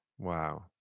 Wow